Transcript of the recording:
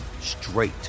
straight